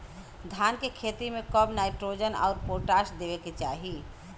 धान के खेती मे कब कब नाइट्रोजन अउर पोटाश देवे के चाही?